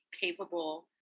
capable